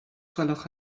gwelwch